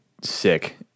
sick